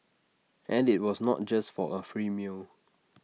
and IT was not just for A free meal